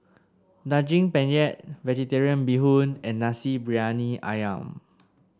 Daging Penyet Vegetarian Bee Hoon and Nasi Briyani ayam